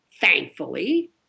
thankfully